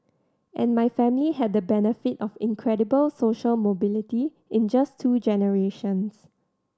and my family had the benefit of incredible social mobility in just two generations